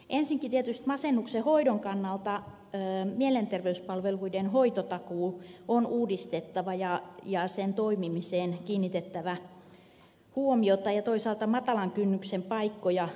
ensinnäkin tietysti masennuksen hoidon kannalta mielenterveyspalveluiden hoitotakuu on uudistettava ja sen toimimiseen on kiinnitettävä huomiota ja toisaalta matalan kynnyksen paikkoja on lisättävä